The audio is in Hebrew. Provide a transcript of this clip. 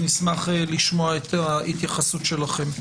לשמוע את התייחסותכם.